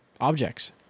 objects